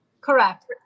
Correct